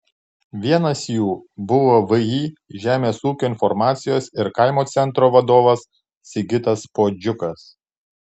vienas jų buvo vį žemės ūkio informacijos ir kaimo centro vadovas sigitas puodžiukas